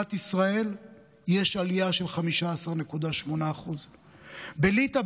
במדינת ישראל יש עלייה של 15.8%. בליטא,